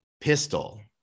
pistol